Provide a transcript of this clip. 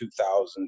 2000